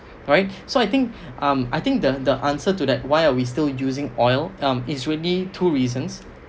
alright so I think um I think the answer to that why are we still using oil um is really two reasons